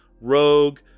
Rogue